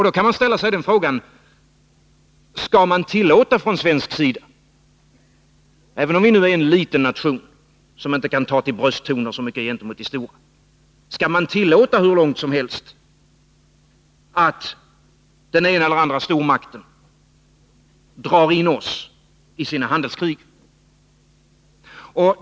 Då kan man ställa sig frågan: Skall vi från svensk sida — även om vi är en liten nation som inte kan ta till brösttoner så mycket gentemot de stora — 89 tillåta hur långt som helst att den ena eller andra stormakten drar in oss i sina handelskrig?